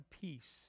peace